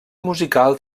musical